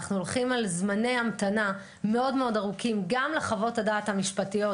אנחנו הולכים על זמני המתנה מאוד-מאוד ארוכים גם לחוות הדעת המשפטיות,